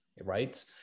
right